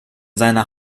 seiner